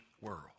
world